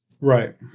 Right